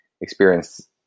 experience